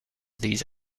these